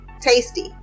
Tasty